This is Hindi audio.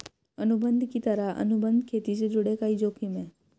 अनुबंध की तरह, अनुबंध खेती से जुड़े कई जोखिम है